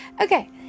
Okay